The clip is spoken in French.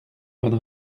bonne